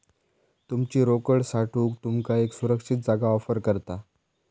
तुमची रोकड साठवूक तुमका एक सुरक्षित जागा ऑफर करता